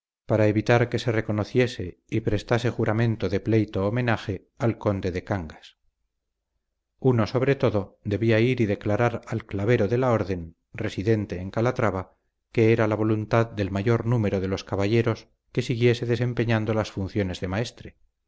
para evitar que se reconociese y prestase juramento de pleito homenaje al conde de cangas uno sobre todo debía ir y declarar al clavero de la orden residente en calatrava que era la voluntad del mayor número de los caballeros que siguiese desempeñando las funciones de maestre